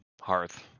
hearth